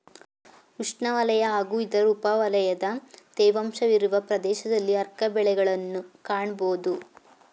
ಉಷ್ಣವಲಯ ಹಾಗೂ ಇದರ ಉಪವಲಯದ ತೇವಾಂಶವಿರುವ ಪ್ರದೇಶದಲ್ಲಿ ಆರ್ಕ ಬೆಳೆಗಳನ್ನ್ ಕಾಣ್ಬೋದು